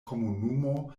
komunumo